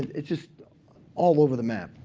it's just all over the map,